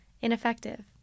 ineffective